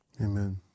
Amen